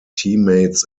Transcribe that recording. teammates